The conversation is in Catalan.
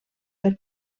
per